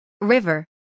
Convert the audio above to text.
River